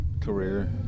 career